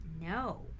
No